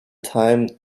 time